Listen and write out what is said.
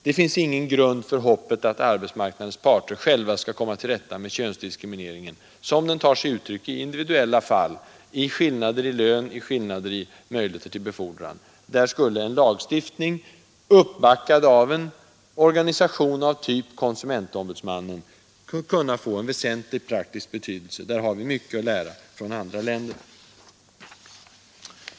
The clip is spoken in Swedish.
Det finns ingen grund för hoppet att arbetsmarknadens parter själva skall komma till rätta med könsdiskrimineringen, som den i individuella fall tar sig uttryck i skillnader i lön, i skillnader till möjligheter till befordran etc. Där skulle en lagstiftning, uppbackad av en organisation av typ konsumentombudsmannen, kunna få en väsentlig, praktisk betydelse. Där har vi mycket att lära från andra länder.